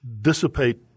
dissipate